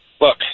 Look